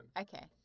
Okay